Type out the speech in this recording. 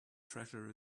treasure